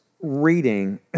reading